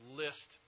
list